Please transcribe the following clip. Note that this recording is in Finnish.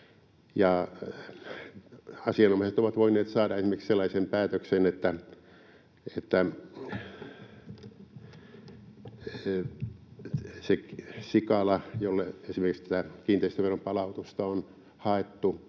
Asianomaiset ovat voineet saada esimerkiksi sellaisen päätöksen, että sikala, jolle esimerkiksi tätä kiinteistöveron palautusta on haettu,